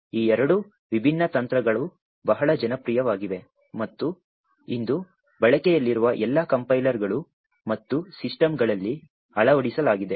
ಈ ಎರಡೂ ವಿಭಿನ್ನ ತಂತ್ರಗಳು ಬಹಳ ಜನಪ್ರಿಯವಾಗಿವೆ ಮತ್ತು ಇಂದು ಬಳಕೆಯಲ್ಲಿರುವ ಎಲ್ಲಾ ಕಂಪೈಲರ್ಗಳು ಮತ್ತು ಸಿಸ್ಟಮ್ಗಳಲ್ಲಿ ಅಳವಡಿಸಲಾಗಿದೆ